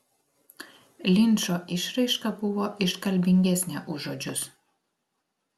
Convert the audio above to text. linčo išraiška buvo iškalbingesnė už žodžius